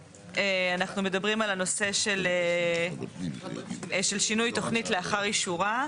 אנחנו מדברים על הנושא של שינוי תוכנית לאחר אישורה.